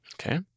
Okay